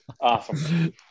Awesome